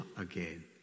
again